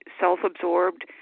self-absorbed